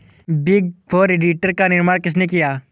Big four auditor का निर्माण किसने किया?